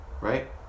right